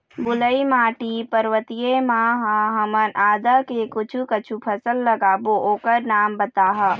बलुई माटी पर्वतीय म ह हमन आदा के कुछू कछु फसल लगाबो ओकर नाम बताहा?